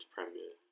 Premier